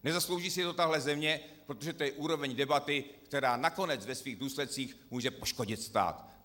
Nezaslouží si to tahle země, protože to je úroveň debaty, která nakonec ve svých důsledcích může poškodit stát.